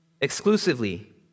exclusively